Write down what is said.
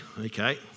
Okay